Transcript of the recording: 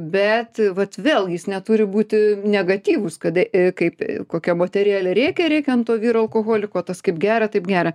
bet vat vėlgi jis neturi būti negatyvus kada kaip kokia moterėlė rėkia rėkia ant to vyro alkoholiko tas kaip gera taip gera